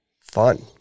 Fun